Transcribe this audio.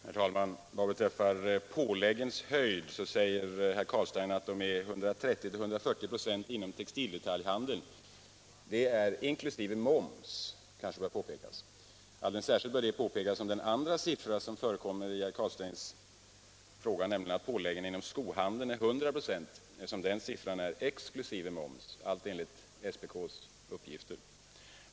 Herr talman! Vad beträffar påläggens höjd säger herr Carlstein att dessa är 130-140 96 inom textildetaljhandeln. Det kanske bör påpekas att detta är inkl. moms. Alldeles särskilt bör det påpekas med tanke på att den andra sifferuppgift som förekommer i herr Carlsteins fråga, nämligen att påläggen inom skohandeln är 100 96, är grundad på en beräkning exkl. moms, allt enligt SPK:s uppgifter.